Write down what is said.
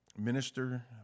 Minister